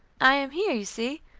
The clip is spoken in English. i am here, you see,